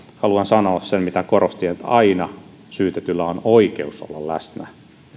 haluan sanoa sen mitä korostin että aina syytetyllä on oikeus olla läsnä